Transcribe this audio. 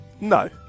No